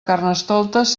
carnestoltes